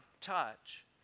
touch